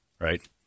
right